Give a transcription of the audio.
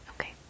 okay